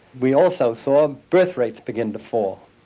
we also saw birthrates begin to fall,